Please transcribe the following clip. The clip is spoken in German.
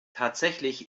tatsächlich